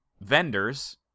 vendors